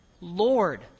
Lord